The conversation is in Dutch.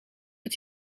het